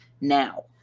now